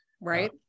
Right